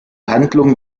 handlung